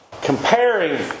comparing